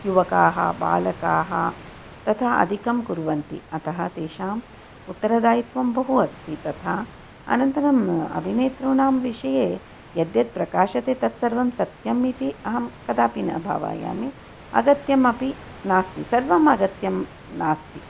युवकाः बालकाः तथा अधिकं कुर्वन्ति अतः तेषाम् उत्तरदायित्वं बहु अस्ति तथा अनन्तरम् अभिनेतॄणां विषये यद्यत् प्रकाशते तत्सर्वं सत्यम् इति अहं कदापि न भावयामि अगत्यमपि नास्ति सर्वम् अगत्यं नास्ति